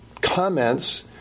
comments